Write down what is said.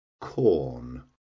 corn